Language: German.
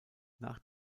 nach